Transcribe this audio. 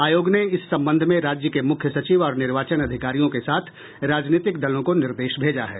आयोग ने इस संबंध में राज्य के मुख्य सचिव और निर्वाचन अधिकारियों के साथ राजनीतिक दलों को निर्देश भेजा है